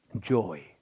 Joy